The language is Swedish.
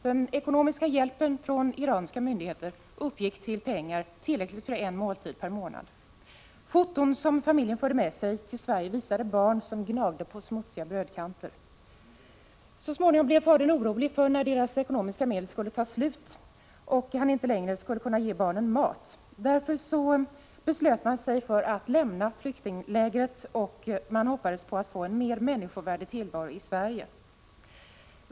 Den ekonomiska hjälpen från iranska myndigheter var pengar som räckte till en måltid per månad. Foton som familjen förde med sig till Sverige visade barn som gnagde på smutsiga brödkanter. Så småningom blev fadern orolig för att deras ekonomiska medel skulle ta slut och att han inte längre skulle kunna ge barnen mat. Därför beslöt man sig för att lämna flyktinglägret, och man hoppades få en mer människovärdig tillvaro i Sverige.